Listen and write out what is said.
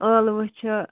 ٲلوٕ چھِ